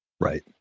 Right